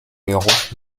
beruf